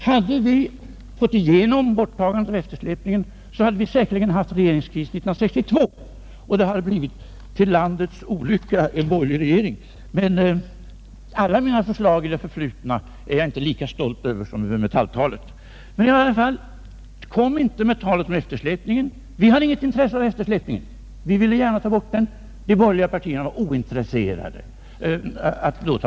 Om vi hade fått igenom förslaget om ett borttagande av denna eftersläpning, så hade vi säkerligen fått en regeringskris 1962, och det hade till landets lycka blivit en borgerlig regering. Alla mina förslag i det förflutna är jag inte lika stolt över som Moetalltalet, men kom aldrig med talet om eftersläpning! Vi hade inget intresse av den, vi ville ta bort den. Men de borgerliga partierna var ointresserade av det.